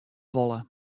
wolle